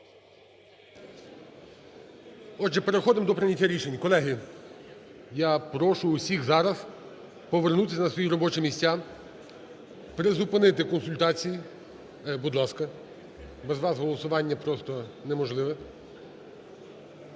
Отже, переходимо до прийняття рішень. Колеги, я прошу всіх зараз повернутись на свої робочі місця, призупинити консультації. Будь ласка, без вас голосування просто неможливе.